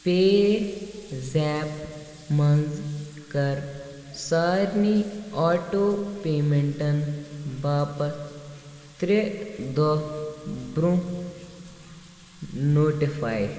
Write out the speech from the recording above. پے زیپ منٛز کر سارنٕے آٹو پیمنٹَن باپتھ ترٛےٚ دۄہ برٛونٛہہ نوٹفاے